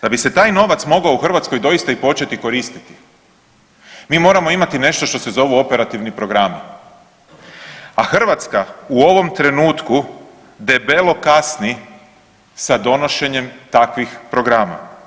Da bi se taj novac mogao u Hrvatskoj doista i početi koristiti, mi moramo imati nešto što se zovu operativni programi a Hrvatska u ovom trenutku debelo kasni sa donošenjem takvih programa.